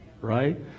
right